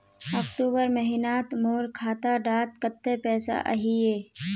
अक्टूबर महीनात मोर खाता डात कत्ते पैसा अहिये?